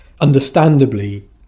understandably